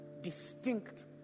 distinct